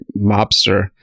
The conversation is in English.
mobster